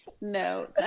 No